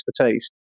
expertise